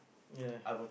ya